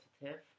positive